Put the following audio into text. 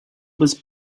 was